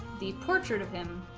the portrait of him